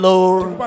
Lord